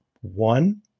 One